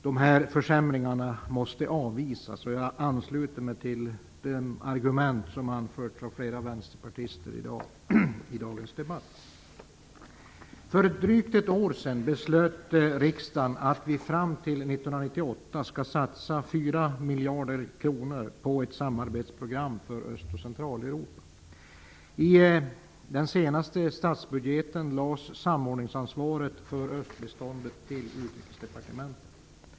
Dessa försämringar måste avvisas, och jag ansluter mig till de argument som anförts av flera vänsterpartister i dagens debatt. För drygt ett år sedan beslutade riksdagen att vi fram till 1998 skall satsa 4 miljarder kronor på ett samarbetsprogram för Öst och Centraleuropa. I den senaste statsbudgeten lades samordningsansvaret för östbiståndet i Jordbruksdepartementet.